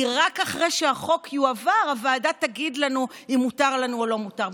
כי רק אחרי שהחוק יועבר הוועדה תגיד לנו אם מותר לנו או לא מותר,